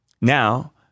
Now